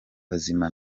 bazima